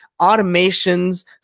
automations